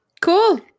cool